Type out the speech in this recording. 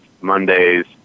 Mondays